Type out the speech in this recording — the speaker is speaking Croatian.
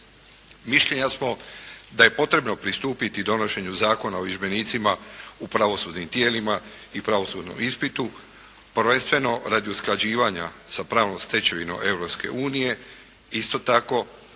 Mišljenja smo da je potrebno pristupiti donošenju Zakona o vježbenicima u pravosudnim tijelima i pravosudnom ispitu prvenstveno radi usklađivanja sa pravnom stečevinom Europske